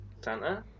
Santa